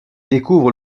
découvre